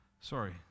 Sorry